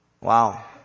Wow